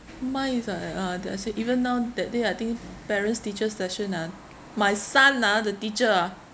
mine is like uh then I said even now that day I think parents teachers' session ah my son ah the teacher ah